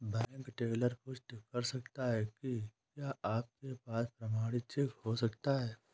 Bank teller पुष्टि कर सकता है कि क्या आपके पास प्रमाणित चेक हो सकता है?